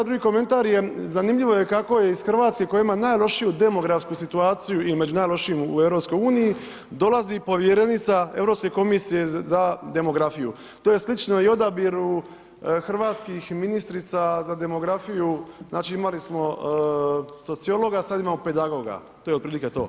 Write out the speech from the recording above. Drugi komentar je zanimljivo je kako je iz Hrvatske kako ima najlošiju demografsku situaciju i među najlošijima u EU dolazi povjerenica Europske komisije za demografiju, to je slično i odabiru hrvatskih ministrica za demografiju, znači imali smo sociologa, sad imamo pedagoga, to je otprilike to.